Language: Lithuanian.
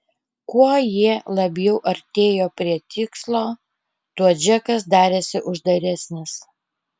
kuo jie labiau artėjo prie tikslo tuo džekas darėsi uždaresnis